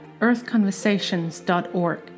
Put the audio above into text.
earthconversations.org